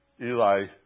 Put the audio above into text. Eli